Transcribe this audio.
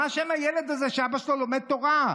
מה אשם הילד הזה שאבא שלו לומד תורה?